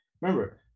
Remember